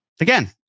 Again